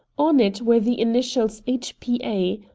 on it were the initials h. p. a.